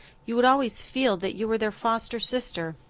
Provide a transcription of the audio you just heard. you would always feel that you were their foster sister.